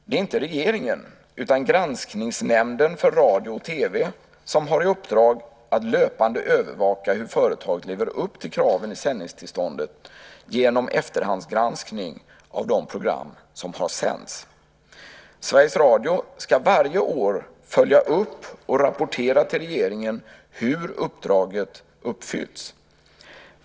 Det är inte regeringen utan Granskningsnämnden för radio och TV som har i uppdrag att löpande övervaka hur företaget lever upp till kraven i sändningstillståndet genom efterhandsgranskning av de program som sänts. Sveriges Radio ska varje år följa upp och rapportera till regeringen hur uppdraget uppfyllts.